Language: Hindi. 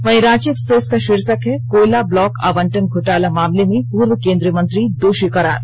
वहीं रांची एक्सप्रेस का शीर्षक है कोयला ब्लॉक आवंटन घोटाला मामले में पूर्व केन्द्रीय मंत्री दोषी करार